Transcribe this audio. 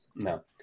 No